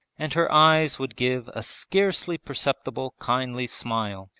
and her eyes would give a scarcely perceptible kindly smile,